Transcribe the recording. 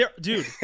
dude